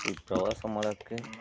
ಈ ಪ್ರವಾಸ ಮಾಡೋಕೆ